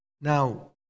Now